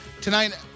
Tonight